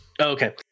Okay